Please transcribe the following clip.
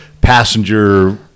passenger